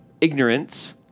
ignorance